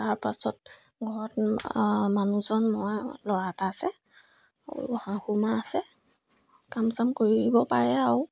তাৰপাছত ঘৰত মানুহজন মই ল'ৰা এটা আছে আৰু শাহুমা আছে কাম চাম কৰিব পাৰে আৰু